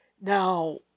Now